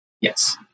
Yes